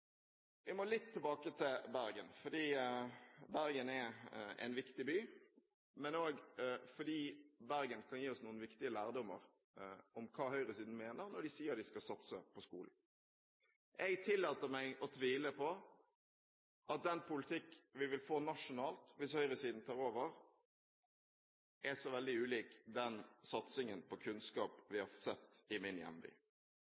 Jeg må litt tilbake til Bergen – ikke bare fordi Bergen er en viktig by, men også fordi Bergen kan gi oss noen viktige lærdommer om hva høyresiden mener når de sier de skal satse på skolen. Jeg tillater meg å tvile på at den politikken vi vil få nasjonalt hvis høyresiden tar over, er så veldig ulik den satsingen på kunnskap vi har sett i min hjemby.